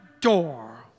door